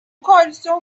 koalisyon